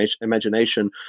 imagination